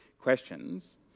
questions